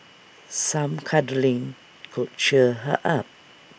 some cuddling could cheer her up